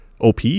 OP